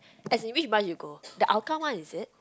as in which branch you go the Hougang one is it